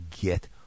get